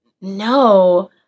no